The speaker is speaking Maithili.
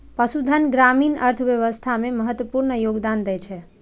पशुधन ग्रामीण अर्थव्यवस्था मे महत्वपूर्ण योगदान दै छै